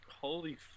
Holy